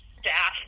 staff